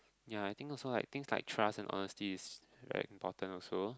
ya I think so like things like trust and honesty is very important also